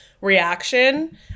reaction